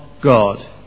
God